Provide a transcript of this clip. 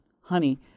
honey